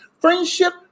friendship